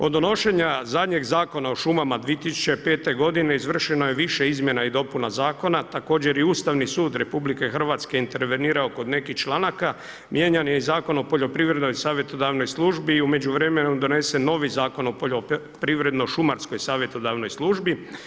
Od donošenja zadnjeg Zakona o šumama 2005. godine izvršeno je više izmjena i dopuna zakona također je i Ustavni sud RH intervenirao kod nekih članaka, mijenjan je i Zakon o poljoprivrednoj savjetodavnoj službi i u međuvremenu donesen novi Zakon o Poljoprivredno-šumarskoj savjetodavnoj službi.